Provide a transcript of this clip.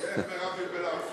הפנים והגנת הסביבה